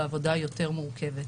והעבודה היא יותר מורכבת.